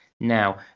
Now